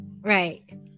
Right